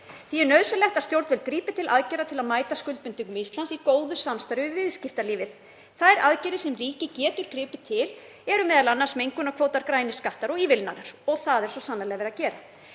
Því er nauðsynlegt að stjórnvöld grípi til aðgerða til að mæta skuldbindingum Íslands í góðu samstarfi við viðskiptalífið. Þær aðgerðir sem ríkið getur gripið til eru m.a. mengunarkvótar, grænir skattar og ívilnanir og það er svo sannarlega verið að gera.